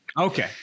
Okay